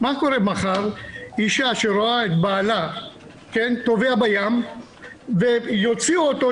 מה קורה מחר עם אישה שרואה את בעלה טובע בים ויוציאו אותו,